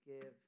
give